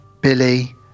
Billy